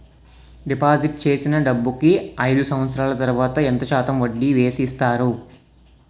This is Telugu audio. డిపాజిట్ చేసిన డబ్బుకి అయిదు సంవత్సరాల తర్వాత ఎంత శాతం వడ్డీ వేసి ఇస్తారు?